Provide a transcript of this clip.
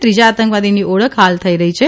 ત્રીજા આતંકવાદીની ઓળખ હાલ થઇ રહી છે